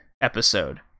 episode